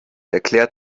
erklärt